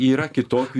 yra kitokių